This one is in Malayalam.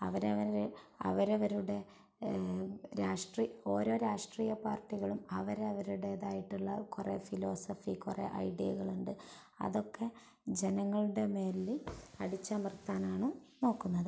അവരവരുടെ ഓരോ രാഷ്ട്രീയ പാർട്ടികളും അവരവരുടേതായിട്ടുള്ള കുറേ ഫിലോസഫി കുറേ ഐഡിയകളുണ്ട് അതൊക്കെ ജനങ്ങളുടെ മേലില് അടിച്ചമർത്താനാണ് നോക്കുന്നത്